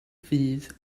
fydd